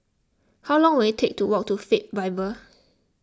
how long will it take to walk to Faith Bible